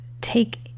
take